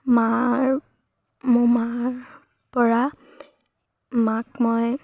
মাৰ মোৰ মাৰ পৰা মাক মই